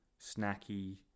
snacky